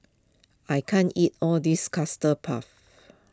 I can't eat all this Custard Puff